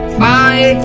bye